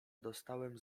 dostałem